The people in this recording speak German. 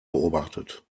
beobachtet